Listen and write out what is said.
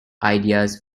ideas